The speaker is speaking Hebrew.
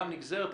גם נגזרת.